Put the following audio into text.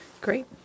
great